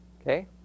Okay